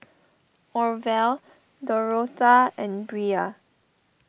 Orvel Dorotha and Brea